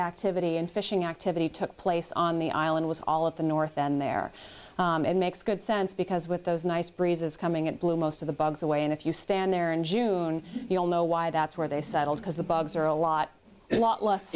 activity and fishing activity took place on the island was all of the north then there and makes good sense because with those nice breezes coming it blew most of the bugs away and if you stand there in june you'll know why that's where they settled because the bugs are a lot lot less